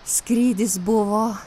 skrydis buvo